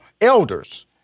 elders